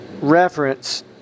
reference